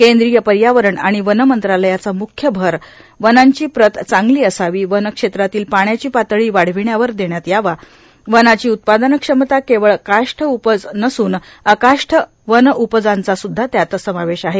केंद्रीय पर्यावरण आणि वन मंत्रालयाचा मुख्य भर वनांची प्रत चांगली असावी वन क्षेत्रातील पाण्याची पातळी वाढविण्यावर भर देण्यात यावा वनाची उत्पादन क्षमता केवळ काष्ठउपज नसून अकाष्ठ वनउपजांचासुद्धा त्यात समावेश आहे